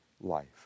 life